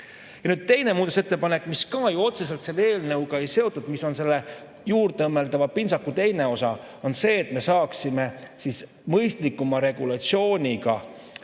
väheneb. Teine muudatusettepanek, mis oli ka ju otseselt selle eelnõuga seotud, mis on selle juurdeõmmeldava pintsaku teine osa, on see, et me saaksime mõistlikuma regulatsiooniga